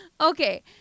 Okay